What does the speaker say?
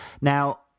Now